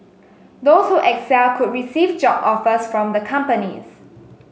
those who excel could receive job offers from the companies